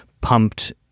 pumped